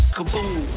Kaboom